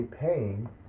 paying